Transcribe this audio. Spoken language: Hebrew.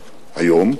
היום,